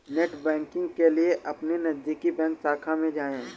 net banking के लिए अपने नजदीकी बैंक शाखा में जाए